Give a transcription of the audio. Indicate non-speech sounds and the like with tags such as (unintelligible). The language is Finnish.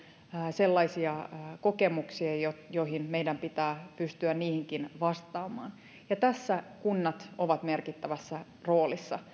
sellaisia kokemuksia joihin meidän pitää pystyä vastaamaan ja tässä kunnat ovat merkittävässä roolissa (unintelligible)